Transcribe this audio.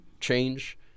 change